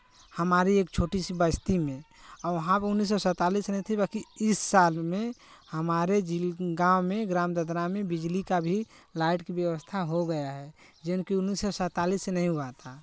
हमारी एक छोटी सी बस्ती में वहाँ पे उन्नीस सौ सैंतालीस नहीं बाँकी इस साल में हमारे जिला गाँव में ग्राम ददरा में बिजली का भी लाइट की व्यवस्था हो गया है जिनकी उन्नीस सौ सैंतालीस से नहीं हुआ था